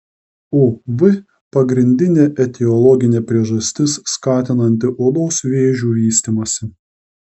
uv pagrindinė etiologinė priežastis skatinanti odos vėžių vystymąsi